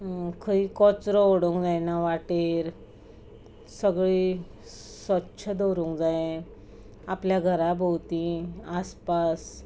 खंयी कचरो उडोवंक जायना वाटेर सगळी स्वच्छ दवरूंक जाये आपल्या घरा भोंवती आसपास